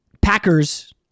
Packers